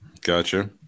Gotcha